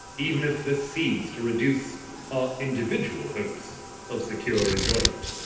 even if this seems to reduce our individual hopes of secure enjoyment.